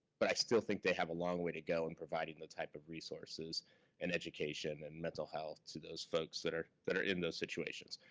but i still think they have a lot way to go in providing the type of resources and education in mental health to those folks that are that are in those situations.